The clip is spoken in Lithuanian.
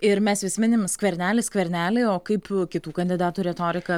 ir mes vis minim skvernelį skvernelį o kaip kitų kandidatų retorika